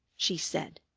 she said.